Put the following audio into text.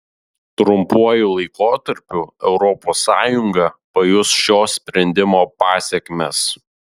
trumpuoju laikotarpiu europos sąjunga pajus šio sprendimo pasekmes